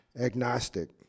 Agnostic